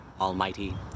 Almighty